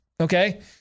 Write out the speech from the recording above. Okay